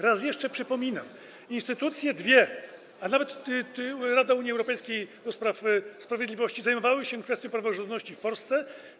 Raz jeszcze przypominam, że dwie instytucje, nawet rada Unii Europejskiej ds. sprawiedliwości, zajmowały się kwestią praworządności w Polsce.